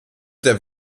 der